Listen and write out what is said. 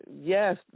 Yes